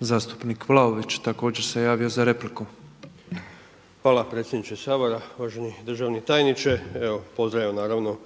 Zastupnik Vlaović također se javio za repliku. **Vlaović, Davor (HSS)** Hvala predsjedniče Sabora, uvaženi državni tajniče evo pozdravljam naravno